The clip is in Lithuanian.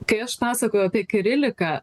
kai aš pasakojau apie kiriliką